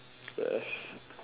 yes